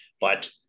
But-